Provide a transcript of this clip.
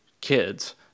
kids